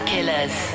Killers